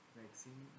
vaccine